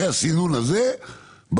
אחרי הסינון הזה,